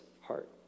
heart